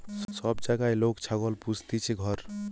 সব জাগায় লোক ছাগল পুস্তিছে ঘর